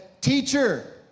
Teacher